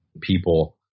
people